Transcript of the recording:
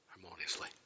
harmoniously